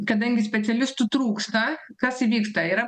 kadangi specialistų trūksta kas įvyksta yra